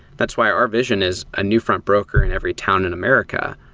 that's why our vision is a newfront broker in every town in america.